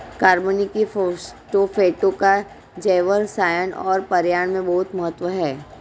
कार्बनिक फास्फेटों का जैवरसायन और पर्यावरण में बहुत महत्व है